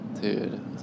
Dude